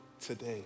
today